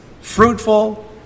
Fruitful